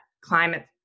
climate